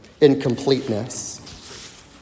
Incompleteness